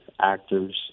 actors